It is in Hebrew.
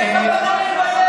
איך אתה לא מתבייש?